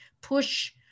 push